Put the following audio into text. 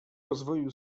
rozwoju